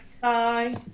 Bye